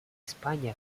испании